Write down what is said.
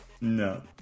No